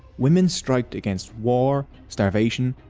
women striked against war, starvation,